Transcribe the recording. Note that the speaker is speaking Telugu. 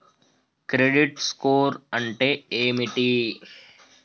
క్రెడిట్ స్కోర్ అంటే ఏమిటి?